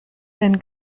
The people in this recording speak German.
denn